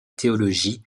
théologie